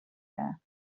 there